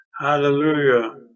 Hallelujah